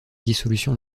dissolution